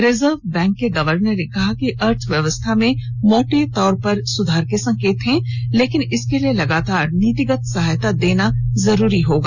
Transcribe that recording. reserve bank के governor ने कहा कि अर्थव्यमवस्था में मौटे तौर पर सुधार के संकेत हैं लेकिन इसके लिए लगातार नीतिगत सहायता देना जरूरी होगा